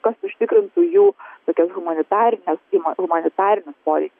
kas užtikrintų jų tokias humanitarines imant humanitarinius poreikius